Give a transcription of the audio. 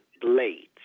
Blades